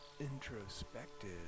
introspective